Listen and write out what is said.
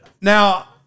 now